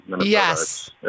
Yes